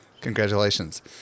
Congratulations